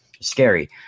scary